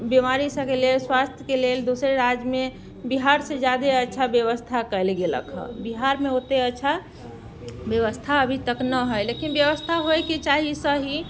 बीमारी सबके लेल स्वास्थ्यके लेल दोसर राज्यमे बिहार से जादे अच्छा व्यवस्था कयल गेलक हँ बिहारमे ओते अच्छा व्यवस्था अभी तक नहि हय लेकिन व्यवस्था होयके चाही सही